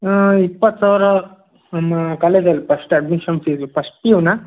ಇಪ್ಪತ್ತು ಸಾವಿರ ನಮ್ಮ ಕಾಲೇಜಲ್ಲಿ first admission fees first P ಯುನಾ